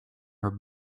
your